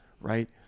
Right